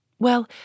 Well